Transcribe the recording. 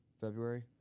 february